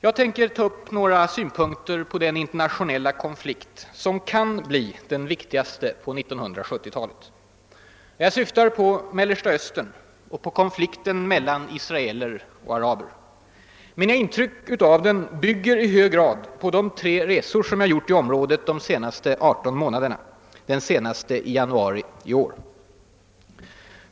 Jag tänker ta upp några synpunkter på den internationella konflikt som kan bli den viktigaste på 1970-talet. Jag syftar på Mellersta Östern och konflikten mellan israeler och araber. Mina intryck av den bygger i hög grad på de tre resor som jag gjort i området de senaste 18 månaderna, den senaste i januari i år.